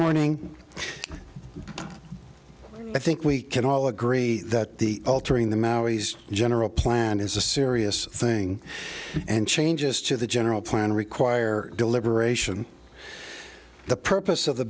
morning i think we can all agree that the altering the maoris general plan is a serious thing and changes to the general plan require deliberation the purpose of the